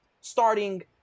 starting